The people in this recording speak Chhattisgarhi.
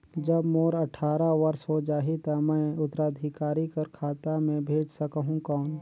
जब मोर अट्ठारह वर्ष हो जाहि ता मैं उत्तराधिकारी कर खाता मे भेज सकहुं कौन?